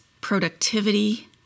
productivity